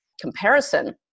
comparison